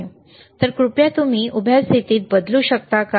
तर कृपया तुम्ही उभ्या स्थिती बदलू शकता का